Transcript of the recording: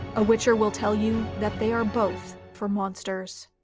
a witcher will tell you that they are both for monsters.